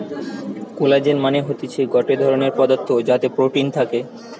collagen মানে হতিছে গটে ধরণের পদার্থ যাতে প্রোটিন থাকে